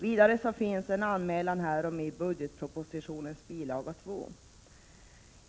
Vidare finns en anmälan härom i budgetpropositionens bil. 2.